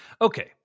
okay